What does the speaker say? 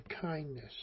kindness